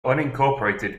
unincorporated